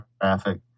traffic